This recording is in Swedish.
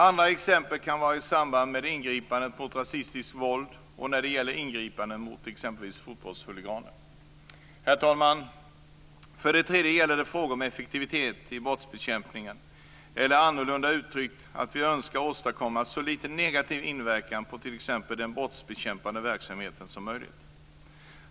Andra exempel kan vara i samband med ingripanden mot rasistiskt våld och när det gäller ingripanden mot t.ex. fotbollshuliganer. Herr talman! För det tredje gäller det frågan om effektiviteten i brottsbekämpningen eller annorlunda uttryckt att vi önskar åstadkomma så litet negativ inverkan på t.ex. den brottsbekämpande verksamheten som möjligt.